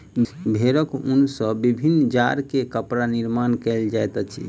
भेड़क ऊन सॅ विभिन्न जाड़ के कपड़ा निर्माण कयल जाइत अछि